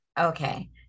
Okay